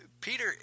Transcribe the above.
Peter